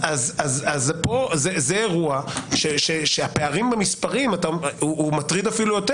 זה אירוע שהפערים במספרים, זה מטריד אפילו יותר.